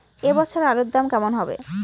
এ বছর আলুর দাম কেমন হবে?